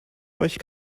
euch